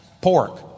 pork